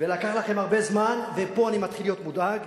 לקח לכם הרבה זמן, ופה אני מתחיל להיות מודאג,